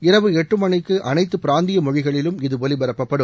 இரவு எட்டு மணிக்கு அனைத்து பிராந்திய மொழிகளிலும் இது ஒலிபரப்பப்படும்